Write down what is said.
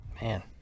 Man